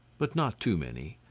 but not too many.